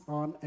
on